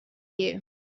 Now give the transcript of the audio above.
you